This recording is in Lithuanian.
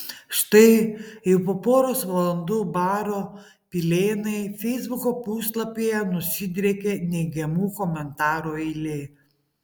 štai jau po poros valandų baro pilėnai feisbuko puslapyje nusidriekė neigiamų komentarų eilė